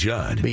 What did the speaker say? Judd